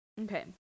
Okay